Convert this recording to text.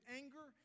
anger